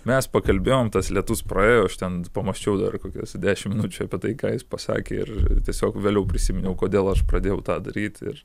mes pakalbėjom tas lietus praėjo aš ten pamačiau dar kokias dešimt minučių apie tai ką jis pasakė ir tiesiog vėliau prisiminiau kodėl aš pradėjau tą daryti ir